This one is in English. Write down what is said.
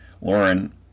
Lauren